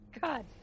God